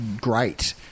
great